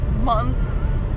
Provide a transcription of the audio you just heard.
months